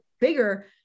bigger